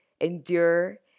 endure